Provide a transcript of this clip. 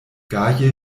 gaje